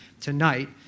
tonight